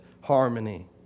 harmony